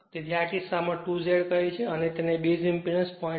તેથી આ કિસ્સામાં 2 Z કહે છે અને તેને બેઝઇંપેડન્સ 0